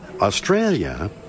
Australia